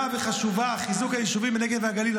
וחשובה: חיזוק היישובים בנגב ובגליל.